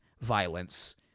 violence